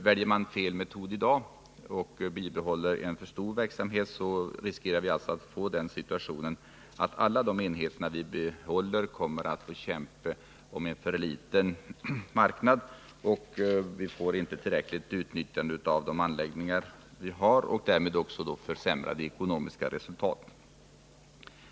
Väljer vi fel metod i dag och bibehåller en för omfattande verksamhet riskerar vi att komma i den situationen att alla de enheter vi behåller får kämpa om en för liten marknad. Det blir då inte ett tillräckligt utnyttjande av de anläggningar som finns, och därmed följer försämrade ekonomiska resultat.